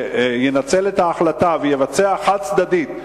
את ההחלטה ויבצע חד-צדדית,